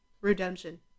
redemption